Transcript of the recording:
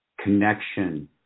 connection